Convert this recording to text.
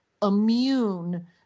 immune